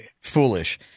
foolish